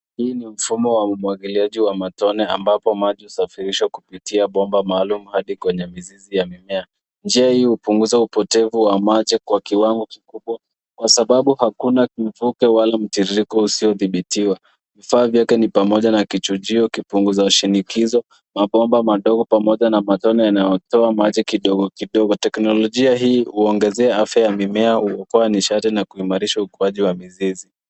Hii ni mfumo wa umwagiliaji wa matone ambapo maji husafirishwa kupitia mabomba maalum hadi kwenye mizizi ya mimea. Njia hii hupunguza upotevu wa maji kwa kiwango kikubwa kwa sababu hakuna mvuke wala mtiririko usiyodhibitiwa. Vifaa vyake ni pamoja na kichujio, kipunguza shinikizo, mabomba madogo pamoja na matone yanayotoa maji kidogo kidogo. Teknolojia hii huongezea afya ya mimea, huokoa nishati na kuimarisha ukuaji wa mizizi.